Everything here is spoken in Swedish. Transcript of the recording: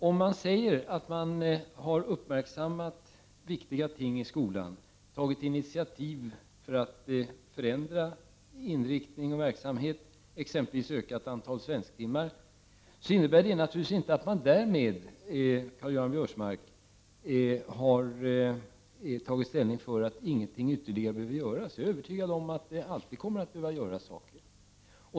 Om man säger att man har uppmärksammat viktiga ting i skolan, tagit initiativ för att förändra inriktning och verksamhet, t.ex. med ett ökat antal svensktimmar, innebär det naturligtvis inte att man därmed, Karl-Göran Biörsmark, har tagit ställning för att ingenting ytterligare behöver göras. Jag är övertygad om att det alltid kommer att behöva göras saker.